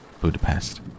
Budapest